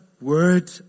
word